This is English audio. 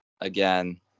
Again